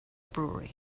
brewery